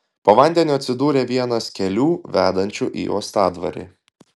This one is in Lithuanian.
po vandeniu atsidūrė vienas kelių vedančių į uostadvarį